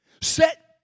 set